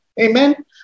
Amen